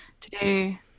today